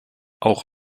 auch